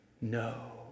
No